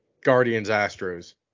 Guardians-Astros